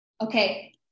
Okay